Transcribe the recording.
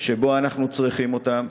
שבו אנחנו צריכים אותם,